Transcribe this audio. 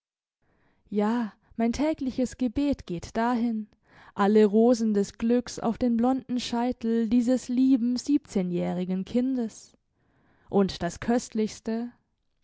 ja mein tägliches gebet geht dahin alle rosen des glücks auf den blonden scheitel dieses lieben siebzehnjährigen kindes und das köstlichste